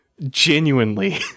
genuinely